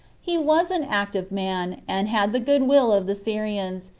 he was an active man, and had the good-will of the syrians,